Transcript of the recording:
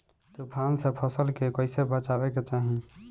तुफान से फसल के कइसे बचावे के चाहीं?